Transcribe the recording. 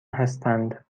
هستند